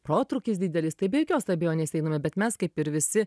protrūkis didelis tai be jokios abejonės einame bet mes kaip ir visi